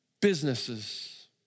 businesses